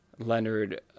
Leonard